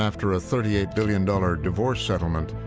after a thirty eight billion dollars divorce settlement,